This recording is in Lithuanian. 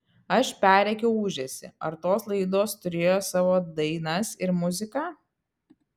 aš perrėkiau ūžesį ar tos laidos turėjo savo dainas ir muziką